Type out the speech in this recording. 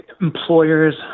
employers